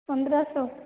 पन्द्रह सौ